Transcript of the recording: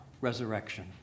resurrection